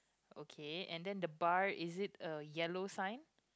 okay and then the bar is it a yellow sign